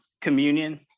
communion